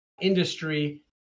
industry